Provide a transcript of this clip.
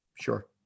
Sure